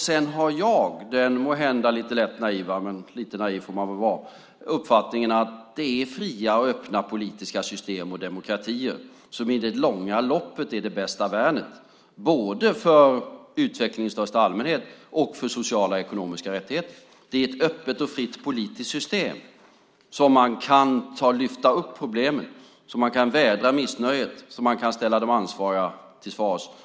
Jag har den måhända lätt naiva - lite naiv får man väl vara - uppfattningen att det är fria och öppna politiska system och demokratier som i det långa loppet är det bästa värnet både för utvecklingen i största allmänhet och för sociala och ekonomiska rättigheter. Det är i ett öppet och fritt politiskt system som man kan lyfta upp problemen, som man kan vädra missnöjet och som man kan ställa de ansvariga till svars.